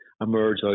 emerge